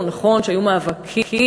נכון שהיו מאבקים,